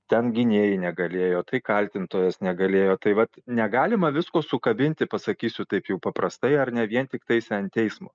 ten gynėjai negalėjo tai kaltintojas negalėjo tai vat negalima visko sukabinti pasakysiu taip jau paprastai ar ne vien tiktais ant teismo